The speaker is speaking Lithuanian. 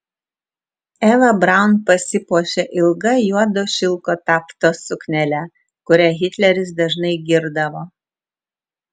eva braun pasipuošė ilga juodo šilko taftos suknele kurią hitleris dažnai girdavo